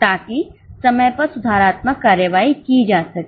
ताकि समय पर सुधारात्मक कार्रवाई की जा सके